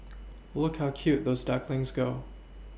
look how cute those ducklings go